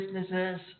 businesses